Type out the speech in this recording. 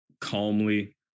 calmly